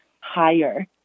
higher